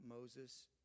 Moses